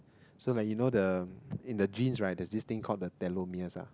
so that you know the in the genes right there's this thing called the telomeres ah